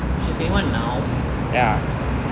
she's twenty one now